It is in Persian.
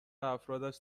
افرادش